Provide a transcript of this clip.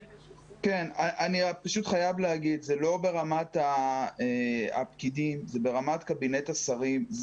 אני חייב לומר שזה לא ברמת הפקידים אלא ברמת קבינט השרים.